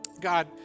God